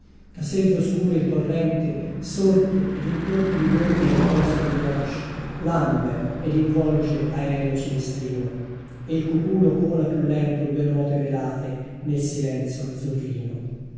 da selve oscure il torrente sorte ed in torpidi gorghi la chiostra di rocce lambe ed involge aereo cilestrino e il cuculo cola più lento due note velate nel silenzio azzurrino